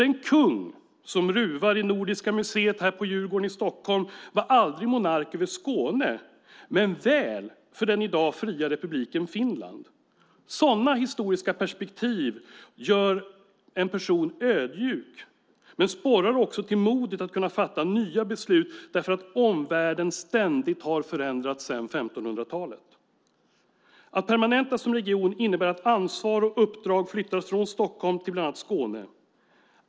Den kung som ruvar i Nordiska museet här på Djurgården i Stockholm var aldrig monark över Skåne men väl för den i dag fria republiken Finland. Sådana historiska perspektiv gör en person ödmjuk men sporrar också till modet att kunna fatta nya beslut därför att omvärlden ständigt förändrats sedan 1500-talet. Att permanentas som region innebär att ansvar och uppdrag flyttas från Stockholm till bland annat Skåne.